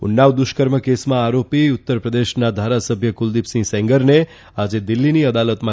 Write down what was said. ઉન્નાવ દુષ્કર્મ કેસમાં આરોપી ઉત્તરપ્રદેશના ધારાસભ્ય કુલદીપસિંહ સેંગરને આજે દિલ્હીની અદાલતમાં